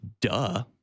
Duh